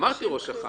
אמרתי ראש אח"מ.